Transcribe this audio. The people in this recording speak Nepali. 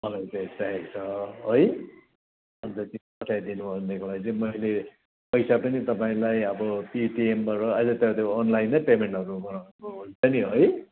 मलाई चाहिँ चाहिएको छ है अन्त त्यो पठाइ दिनुभयो देखिलाई चाहिँ मैले पैसा पनि तपाईँलाई अब पेटिएमबाट अहिले त त्यो अनलाइनै पेमेन्टहरू हुन्छ नि है